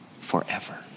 forever